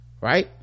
right